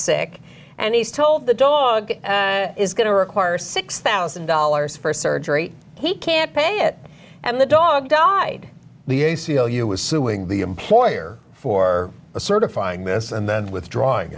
sick and he's told the dog is going to require six thousand dollars for surgery he can't pay it and the dog died the a c l u is suing the employer for a certifying this and then withdrawing